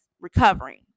recovering